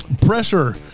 Pressure